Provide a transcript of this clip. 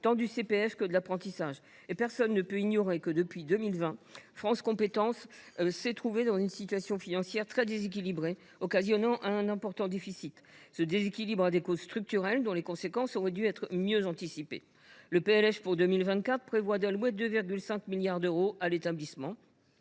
(CPF) que l’apprentissage. Personne ne peut ignorer que, dès 2020, France Compétences s’est trouvée dans une situation financière très déséquilibrée, qui a entraîné un important déficit. Ce déséquilibre a des causes structurelles, dont les conséquences auraient dû être mieux anticipées. Le PLF pour 2024 prévoit d’allouer 2,5 milliards d’euros à l’établissement.